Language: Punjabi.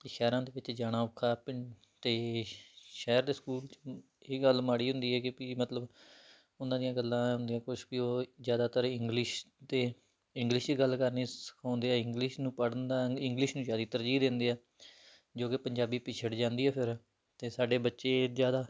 ਅਤੇ ਸ਼ਹਿਰਾਂ ਵਿੱਚ ਜਾਣਾ ਔਖਾ ਪਿੰਡ ਅਤੇ ਸ਼ਹਿਰ ਦੇ ਸਕੂਲ 'ਚ ਇਹ ਗੱਲ ਮਾੜੀ ਹੁੰਦੀ ਹੈ ਕਿ ਪੀ ਮਤਲਬ ਉਹਨਾਂ ਦੀਆਂ ਗੱਲਾਂ ਹੁੰਦੀਆਂ ਕੁਛ ਕਿ ਉਹ ਜ਼ਿਆਦਾਤਰ ਇੰਗਲਿਸ਼ ਅਤੇ ਇੰਗਲਿਸ਼ 'ਚ ਹੀ ਗੱਲ ਕਰਨੀ ਸਿਖਾਉਂਦੇ ਆ ਇੰਗਲਿਸ਼ ਨੂੰ ਪੜ੍ਹਨ ਦਾ ਇੰਗਲਿਸ਼ ਨੂੰ ਜ਼ਿਆਦਾ ਤਰਜੀਹ ਦਿੰਦੇ ਆ ਜੋ ਕੀ ਪੰਜਾਬੀ ਪਿਛੜ ਜਾਂਦੀ ਆ ਫਿਰ ਅਤੇ ਸਾਡੇ ਬੱਚੇ ਜ਼ਿਆਦਾ